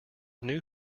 new